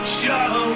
show